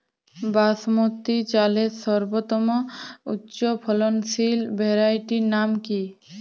বাসমতী চালের সর্বোত্তম উচ্চ ফলনশীল ভ্যারাইটির নাম কি?